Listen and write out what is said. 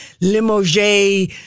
limoges